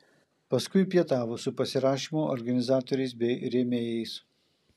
paskui pietavo su pasirašymo organizatoriais bei rėmėjais